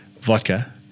vodka